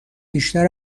بیشتر